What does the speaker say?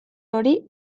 hori